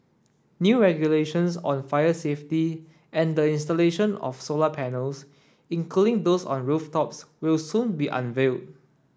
new regulations on fire safety and the installation of solar panels including those on rooftops will soon be unveiled